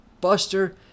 buster